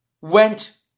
went